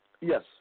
Yes